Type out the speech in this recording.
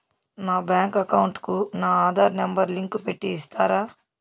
నా bank account కు నా ఆధార్ నెంబర్ లింకు పెట్టి ఇస్తారా?